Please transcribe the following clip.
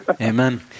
Amen